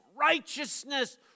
righteousness